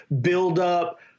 buildup